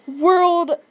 world